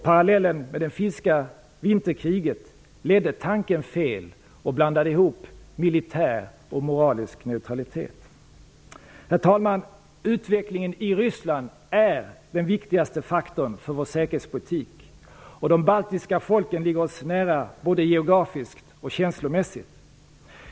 Parallellen med det finska vinterkriget ledde tanken fel; militär och moralisk neutralitet blandades ihop. Herr talman! Utvecklingen i Ryssland är den viktigaste faktorn för vår säkerhetspolitik, och de baltiska folken ligger oss nära både geografiskt och känslomässigt.